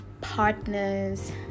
partners